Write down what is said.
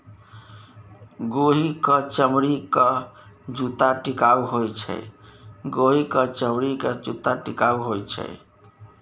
गोहि क चमड़ीक जूत्ता टिकाउ होए छै